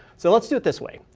so let's do it this way.